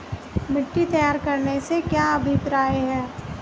मिट्टी तैयार करने से क्या अभिप्राय है?